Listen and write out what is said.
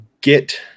get